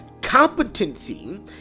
Competency